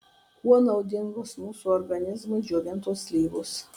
kuo naudingos mūsų organizmui džiovintos slyvos